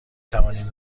توانیم